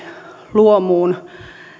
luomuun